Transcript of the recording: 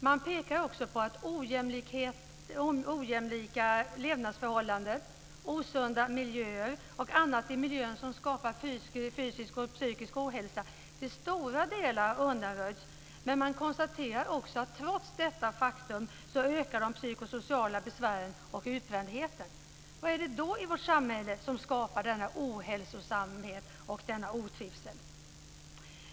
Man pekar på att ojämlika levnadsförhållanden, osunda miljöer och annat i miljön som skapar fysisk och psykisk ohälsa till stora delar har undanröjts men konstaterar också att trots detta faktum ökar de psykosociala besvären och utbrändheten. Vad är det då i vårt samhälle som skapar denna ohälsa och otrivsel?